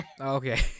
Okay